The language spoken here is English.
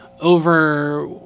over